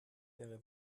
wäre